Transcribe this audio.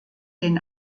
den